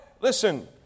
Listen